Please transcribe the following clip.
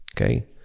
okay